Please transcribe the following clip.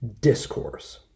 discourse